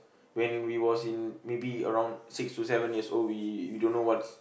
when we was in maybe around six to seven years old we we don't know what's